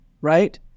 right